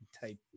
type